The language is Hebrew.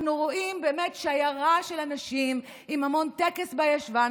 אנחנו רואים באמת שיירה של אנשים עם המון טקס בישבן,